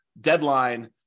deadline